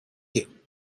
you